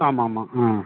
ஆமாம்மா ம்